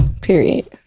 Period